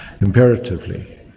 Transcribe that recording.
imperatively